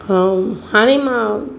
ऐं हाणे मां